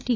T